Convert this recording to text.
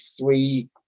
three